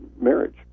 marriage